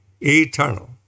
eternal